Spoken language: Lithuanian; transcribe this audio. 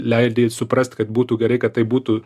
leidi suprasti kad būtų gerai kad tai būtų